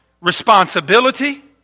responsibility